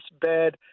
bad